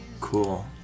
Cool